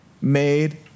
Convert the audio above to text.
made